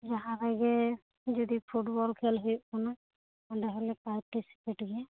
ᱡᱟᱦᱟᱸ ᱨᱮᱜᱮ ᱡᱩᱫᱤ ᱯᱷᱩᱴᱵᱚᱞ ᱠᱷᱮᱞ ᱦᱩᱭᱩᱜ ᱠᱟᱱᱟ ᱚᱸᱰᱮ ᱦᱚᱞᱮ ᱯᱟᱨᱴᱤᱥᱤᱯᱮᱴ ᱜᱮᱭᱟ